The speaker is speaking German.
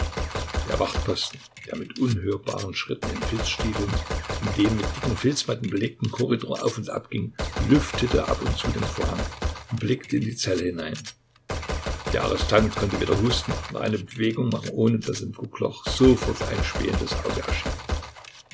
der wachtposten der mit unhörbaren schritten in filzstiefeln in dem mit dicken filzmatten belegten korridor auf und ab ging lüftete ab und zu den vorhang und blickte in die zelle hinein der arrestant konnte weder husten noch eine bewegung machen ohne daß im guckloch sofort ein spähendes auge erschien